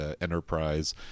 enterprise